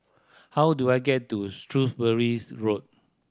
how do I get to Road